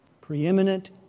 preeminent